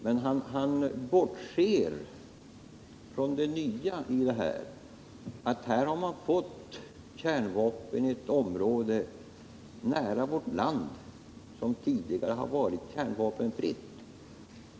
Men han bortser från det nya i detta, att här har man fått kärnvapen i ett område nära vårt land som tidigare har varit kärnvapenfritt.